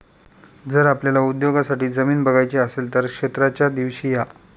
जर आपल्याला उद्योगासाठी जमीन बघायची असेल तर क्षेत्राच्या दिवशी या